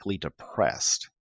depressed